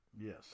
Yes